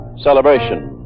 Celebration